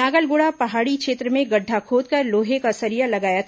नागलगुड़ा पहाड़ी क्षेत्र में गड्ढा खोदकर लोहे का सरिया लगाया था